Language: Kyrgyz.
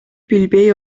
билбей